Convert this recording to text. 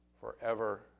forever